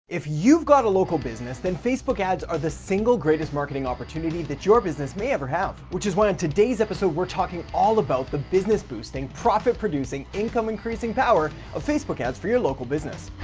if you've got a local business, then facebook ads are the single greatest marketing opportunity that your business may ever have. which is why on today's episode, we're talking all about the business boosting, profit producing, income increasing power of facebook ads for your local business.